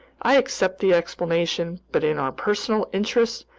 i accept the explanation, but in our personal interests,